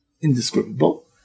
indescribable